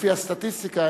לפי הסטטיסטיקה,